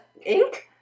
Ink